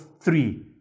three